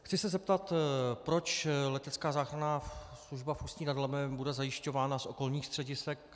Chci se zeptat, proč letecká záchranná služba v Ústí nad Labem bude zajišťována z okolních středisek.